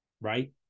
right